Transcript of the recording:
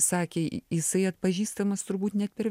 sakė jisai atpažįstamas turbūt net per